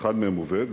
אחד מהם עובד,